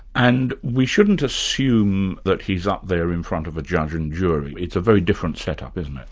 and we shouldn't assume that he's up there in front of a judge and jury, it's a very different set-up, isn't it?